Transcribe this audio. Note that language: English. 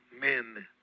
men